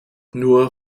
nur